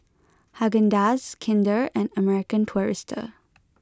Haagen Dazs Kinder and American Tourister